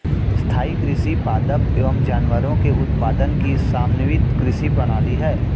स्थाईं कृषि पादप एवं जानवरों के उत्पादन की समन्वित कृषि प्रणाली है